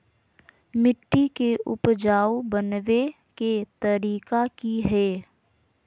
मिट्टी के उपजाऊ बनबे के तरिका की हेय?